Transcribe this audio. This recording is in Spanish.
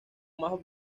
más